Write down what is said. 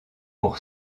pour